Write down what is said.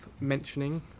mentioning